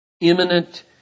imminent